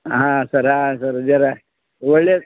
ಹಾಂ ಸರಾ ಸರ್ ಝರ ಒಳ್ಳೇದು